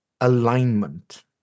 Alignment